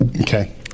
Okay